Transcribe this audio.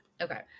okay